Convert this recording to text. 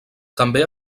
també